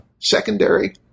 Secondary